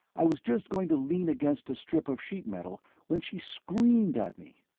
i was just going to lean against a strip of sheet metal when she screamed at me.